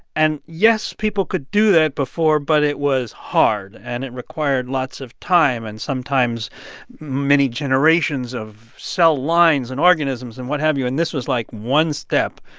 and yes, people could do that before, but it was hard, and it required lots of time and sometimes many generations of cell lines and organisms and what have you, and this was like one step.